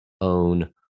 own